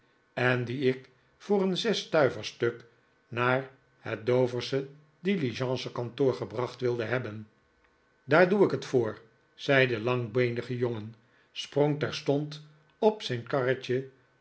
en dien ik voor een zesstuiverstuk naar het doversche diligencekantoor gebracht wilde hebben daar doe ik het voor zei de langbeenige jongen sprong terstond op zijn karretje